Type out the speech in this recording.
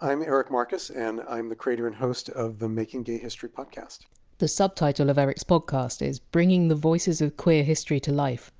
i'm eric marcus and i'm the creator and host of the making gay history podcast the subtitle of eric! s podcast is! bringing the voices of queer history to life!